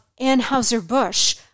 Anheuser-Busch